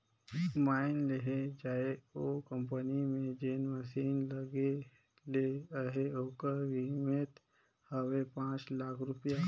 माएन लेहल जाए ओ कंपनी में जेन मसीन लगे ले अहे ओकर कीमेत हवे पाच लाख रूपिया